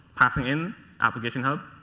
passing in application hub.